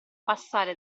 passare